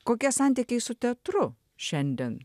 kokie santykiai su teatru šiandien